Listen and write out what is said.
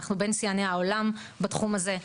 אנחנו בין שיאני העולם בתחום הזה.